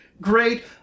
great